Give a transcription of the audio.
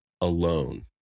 Alone